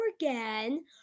again